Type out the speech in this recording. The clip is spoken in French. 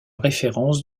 référence